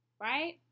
Right